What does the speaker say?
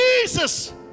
Jesus